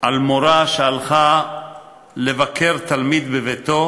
על מורה שהלכה לבקר תלמיד בביתו